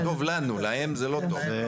זה טוב לנו, להם זה לא טוב.